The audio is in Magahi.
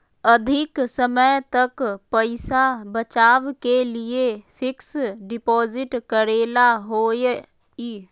अधिक समय तक पईसा बचाव के लिए फिक्स डिपॉजिट करेला होयई?